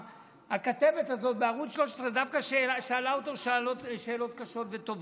הכתבת הזאת בערוץ 13 דווקא שאלה אותו שאלות קשות וטובות,